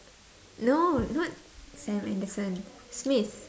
no not sam anderson smith